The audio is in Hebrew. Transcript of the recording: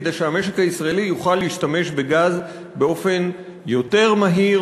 כדי שהמשק הישראלי יוכל להשתמש בגז באופן יותר מהיר,